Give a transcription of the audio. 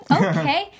okay